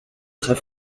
très